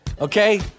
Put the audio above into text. okay